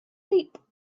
leap